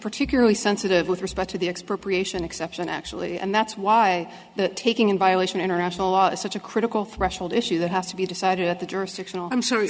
particularly sensitive with respect to the expropriation exception actually and that's why taking in violation international law is such a critical threshold issue that has to be decided at the jurisdictional i'm sorry